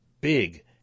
big